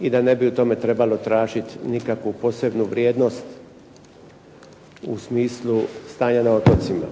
i da ne bi u tome trebalo tražiti nikakvu posebnu vrijednost u smislu stanja na otocima.